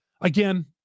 Again